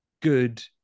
good